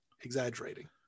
exaggerating